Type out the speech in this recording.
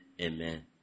amen